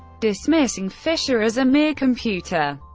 dismissing fischer as a mere computer.